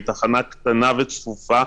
התחנה קטנה וצפופה,